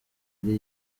ari